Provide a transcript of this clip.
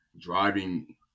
driving